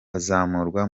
bazamurwa